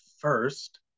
first